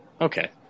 Okay